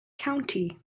county